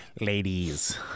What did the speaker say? ladies